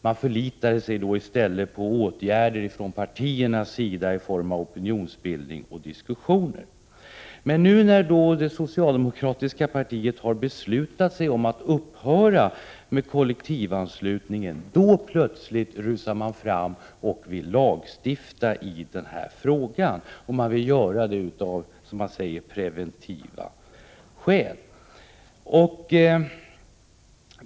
Man förlitade sig i stället på åtgärder från partiernas sida i form av opinionsbildning och diskussioner. Men nu när det socialdemokratiska partiet har beslutat att upphöra med kollektivanslutningen rusar man plötsligt fram och vill lagstifta i denna fråga, och man säger att man vill göra det av preventiva skäl.